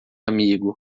amigo